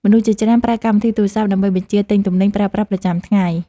មនុស្សជាច្រើនប្រើកម្មវិធីទូរសព្ទ ដើម្បីបញ្ជាទិញទំនិញប្រើប្រាស់ប្រចាំថ្ងៃ។